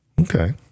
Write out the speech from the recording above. Okay